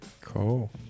Cool